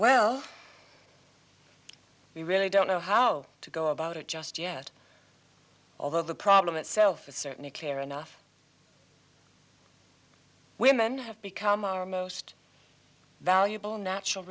well we really don't know how to go about it just yet although the problem itself a certain a clear enough women have become our most valuable natural